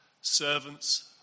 Servants